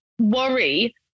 worry